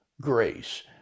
grace